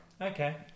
Okay